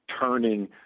turning